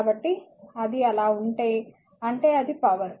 కాబట్టి అది అలా ఉంటే అంటే అది పవర్